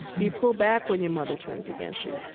do you pull back when your mother turns against you?